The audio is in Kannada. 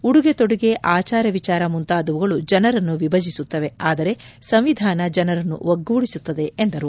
ಉಡುಗೆ ತೊಡುಗೆ ಆಚಾರ ವಿಚಾರ ಮುಂತಾದವುಗಳು ಜನರನ್ನು ವಿಭಜಿಸುತ್ತವೆ ಆದರೆ ಸಂವಿಧಾನ ಜನರನ್ನು ಒಗ್ಗೂಡಿಸುತ್ತದೆ ಎಂದರು